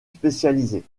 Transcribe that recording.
spécialisées